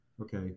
okay